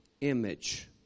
image